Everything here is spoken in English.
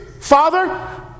father